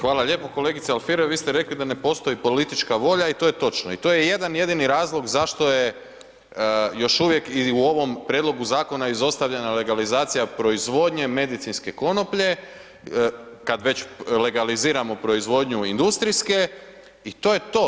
Hvala lijepo, kolegice Alfirev vi ste rekli da ne postoji politička volja i to je točno i to je jedan jedini razlog zašto je još uvijek i u ovom prijedlogu zakona izostavljena legalizacija proizvodnje medicinske konoplje, kad već legaliziramo proizvodnju industrijske i to je to.